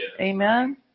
Amen